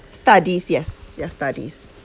studies yes their studies